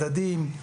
מדדים,